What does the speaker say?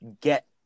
get